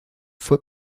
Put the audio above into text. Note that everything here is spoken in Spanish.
fue